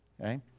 Okay